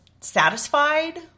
satisfied